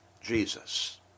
Jesus